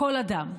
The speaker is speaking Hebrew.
כל אדם.